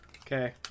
Okay